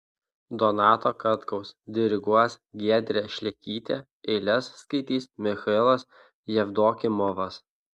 donato katkaus diriguos giedrė šlekytė eiles skaitys michailas jevdokimovas